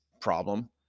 problem